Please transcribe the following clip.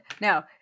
Now